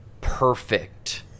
perfect